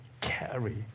carry